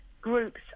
groups